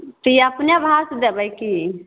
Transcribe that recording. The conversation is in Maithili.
तऽ ई अपने भाव से देबै की